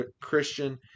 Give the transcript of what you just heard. Christian